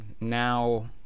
now